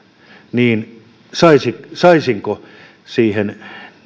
niin saisinko siihen